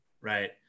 right